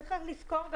צריך לזכור,